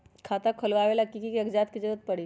खाता खोले ला कि कि कागजात के जरूरत परी?